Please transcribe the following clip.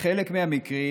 בחלק מהמקרים